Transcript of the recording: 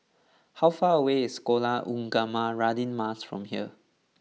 how far away is Sekolah Ugama Radin Mas from here